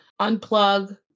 unplug